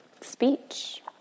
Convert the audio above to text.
speech